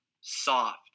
Soft